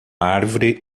árvore